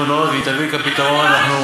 לבטל את הביטוחים הקבוצתיים הסיעודיים.